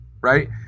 right